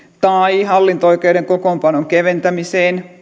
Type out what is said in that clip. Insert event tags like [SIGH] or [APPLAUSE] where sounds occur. tai hallinto oikeuden kokoonpanon keventämiseen [UNINTELLIGIBLE]